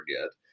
forget